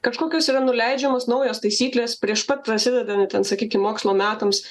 kažkokios yra nuleidžiamos naujos taisyklės prieš pat prasidedant ten sakykim mokslo metams